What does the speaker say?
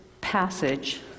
passage